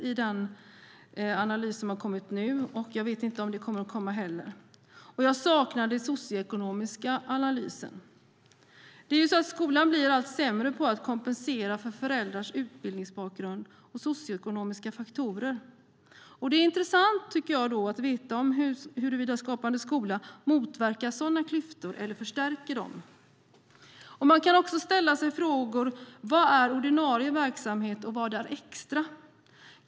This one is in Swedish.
Jag vet inte heller om det kommer att komma. Jag saknar också den socioekonomiska analysen. Skolan blir allt sämre på att kompensera för föräldrars utbildningsbakgrund och socioekonomiska faktorer. Det vore då intressant, tycker jag, att veta huruvida Skapande skola motverkar sådana klyftor eller förstärker dem. Man kan också ställa sig frågan vad som är ordinarie och vad som är extra verksamhet.